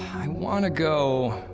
i want to go